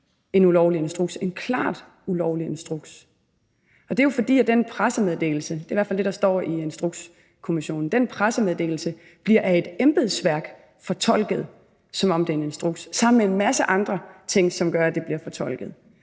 en klart ulovlig instruks. Det er jo, fordi den pressemeddelelse – det er i hvert fald det, der står i Instrukskommissionens beretning – af et embedsværk bliver fortolket, som om det er en instruks, sammen med en masse andre ting, som gør, at det bliver fortolket